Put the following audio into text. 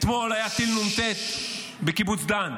אתמול היה טיל נ"ט בקיבוץ דן.